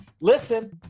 Listen